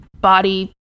body